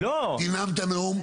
תנאם את הנאום.